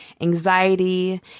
anxiety